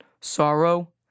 sorrow